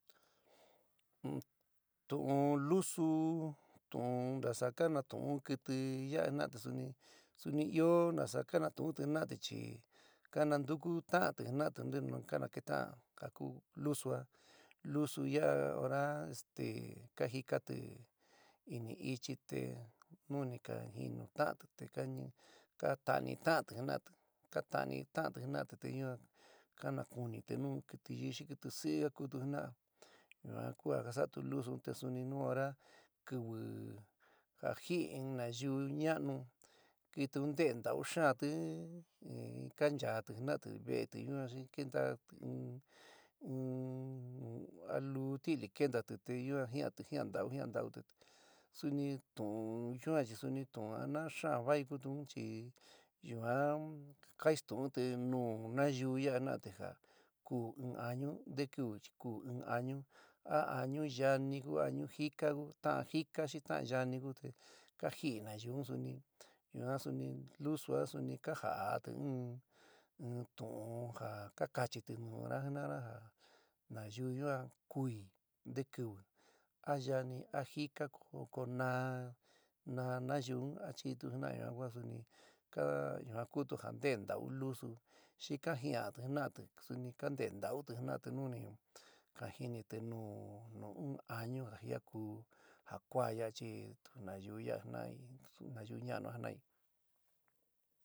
Tu'ún lusu tu'ún ntasá kanatuún kɨtɨ ya'a jinati suni suni ɨó nasa kanatu'unti jina'ati chi kanantuku ta'antí jina'ati ntenu kanaketa'an ka kú lusu'a, lusu ya'a hora este ka jikati ini ichɨ te nu ni ka jinuta'anti te ka ta'ani ta'anti jina'ati, ka taani ta'anti jina'ati te ñua ka nakuni te nú kɨtɨ yií xi kɨtɨ sɨ'ɨ ka kutu jina'a, yua ku a ka sa'atu lusu, te suni nu hora kɨvɨ ja jɨ'ɨ in nayuú ña'anu, kɨtɨ un nteé ntauxa'ánti kanchatɨ jina'atɨ ve'etɨ yuan, xi kentati in in a luú tɨ'li kentati te yuan jiá'anti jían ntauti jían ntauti, te suni tu'ún yuan chi suni tu'un anaá xaán vai kutu un chi yuan kainstu'unti nu nayiuú yaá jina'ati ja kúú in añu nte kɨvɨ chi kuú in añu, a añú yaani añu jíka ku, ta'an jíka xi ta'an yani kuú, te ka jɨ'ɨ nayiu un suni yuan suni, lusu a suni ka ja'áti in tu'ún ja ka kachitɨ nu´una jina'ana ja nayuú yuan kuɨí nte kɨvɨ a yani a jíka ko naá naá nayuú un achítu jina'a yuan kua suni ka yuan kútu ja nteé ntáu lusu xi ka jiánti jina'ati suni ka nteé ntáuti jina'ati nu ni kajinitɨ nu in añú ja jiakú ja kuáá ya achitu nayiú ya'á jina'ai suú nayiú ña'anu a jina'aí.